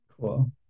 Cool